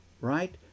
right